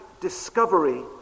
discovery